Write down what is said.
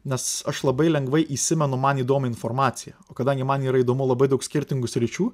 nes aš labai lengvai įsimenu man įdomią informaciją o kadangi man yra įdomu labai daug skirtingų sričių